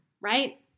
right